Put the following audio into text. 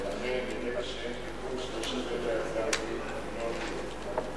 ומהרגע שאין ביקוש לא שווה ליזם לבנות את זה,